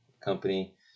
company